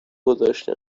گذاشته